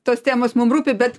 tos temos mum rūpi bet